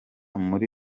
muri